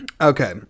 Okay